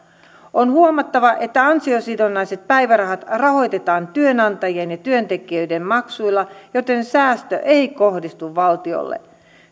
on huomattava että ansiosidonnaiset päivärahat rahoitetaan työnantajien ja työntekijöiden maksuilla joten säästö ei kohdistu valtiolle